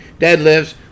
deadlifts